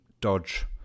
Dodge